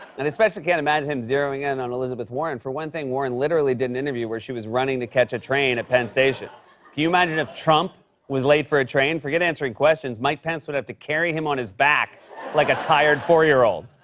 and i especially can't imagine him zeroing in on elizabeth warren. for one thing, warren literally did an interview where she was running to catch a train at penn station. can you imagine if trump was late for a train? forget answering questions. mike pence would have to carry him on his back like a tired four year old.